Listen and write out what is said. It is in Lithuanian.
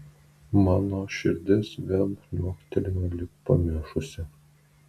mano širdis vėl liuoktelėjo lyg pamišusi